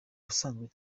busanzwe